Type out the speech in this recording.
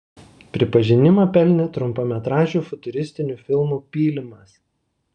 pripažinimą pelnė trumpametražiu futuristiniu filmu pylimas